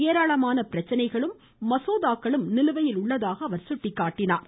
ஏராளமான பிரச்சினைகளும் மசோதாக்களும் நிலுவையில் உள்ளதாக அவர் சுட்டிக்காட்டினார்